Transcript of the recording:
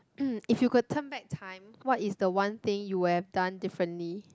if you could turn back time what is the one thing you will have done differently